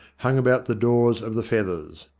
hung about the doors of the feathers.